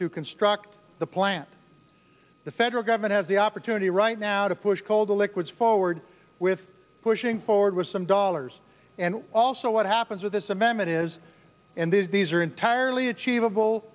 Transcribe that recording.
to construct the plant the federal government has the opportunity right now to push call the liquids forward with pushing forward with some dollars and also what happens with this m m it is in this these are entirely achievable